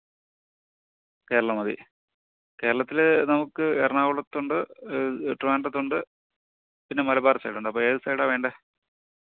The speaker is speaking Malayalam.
കേരളം മതി കേരളത്തിൽ നമുക്ക് എറണാകുളത്തുണ്ട് ട്രിവാൻഡ്രത്തുണ്ട് പിന്നെ മലബാർ സൈഡുണ്ട് അപ്പം ഏതു സൈഡാണ് വേണ്ടത്